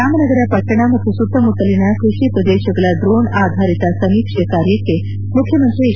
ರಾಮನಗರ ಪಟ್ಟಣ ಮತ್ತು ಸುತ್ತಮುತ್ತಲಿನ ಕೃಷಿ ಪ್ರದೇಶಗಳ ಡ್ರೋಣ್ ಆಧಾರಿತ ಸಮೀಕ್ಷೆ ಕಾರ್ಯಕ್ಷೆ ಮುಖ್ಯಮಂತ್ರಿ ಎಚ್